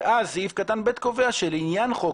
או ראש מינהל.